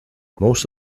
most